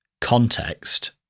context